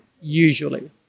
usually